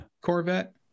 Corvette